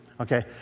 Okay